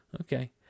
Okay